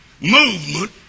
movement